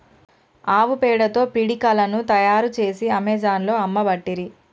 ఆవు పేడతో పిడికలను తాయారు చేసి అమెజాన్లో అమ్మబట్టిరి